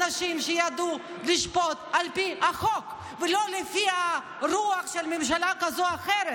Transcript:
אנשים שידעו לשפוט על פי החוק ולא לפי הרוח של ממשלה כזו או אחרת.